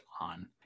on